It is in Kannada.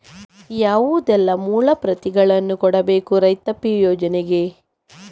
ಯಾವುದೆಲ್ಲ ಮೂಲ ಪ್ರತಿಗಳನ್ನು ಕೊಡಬೇಕು ರೈತಾಪಿ ಯೋಜನೆಗೆ?